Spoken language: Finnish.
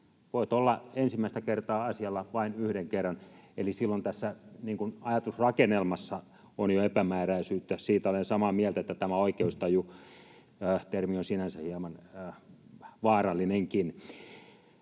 Voit olla ensimmäistä kertaa asialla vain yhden kerran, eli silloin tässä ajatusrakennelmassa on jo epämääräisyyttä. Siitä olen samaa mieltä, että tämä oikeustaju-termi on sinänsä hieman vaarallinenkin.